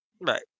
Right